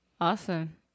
awesome